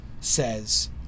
says